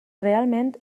realment